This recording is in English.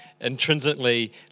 intrinsically